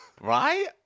Right